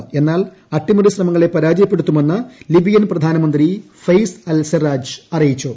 പ്രിന്നാൽ അട്ടിമറി ശ്രമങ്ങളെ പരാജയപ്പെടുത്തുമെന്ന് ലിബിയൻ പ്രൂപ്ധാനമന്ത്രി ഫയെസ് അൽ സെറാജ് അറിയിച്ചു